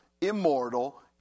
immortal